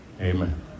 Amen